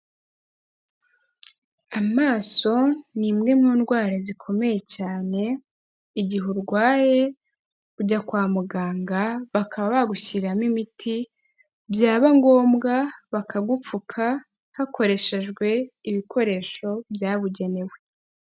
Amaso ni imwe mu ndwara zikomeye cyane. Igihe urwaye ujya kwa muganga bakaba bagushyiramo imiti, byaba ngombwa bakagupfuka hakoreshejwe ibikoresho byabugenewe.